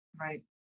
Right